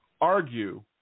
argue